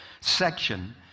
section